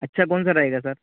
اچھا کون سا رہے گا سر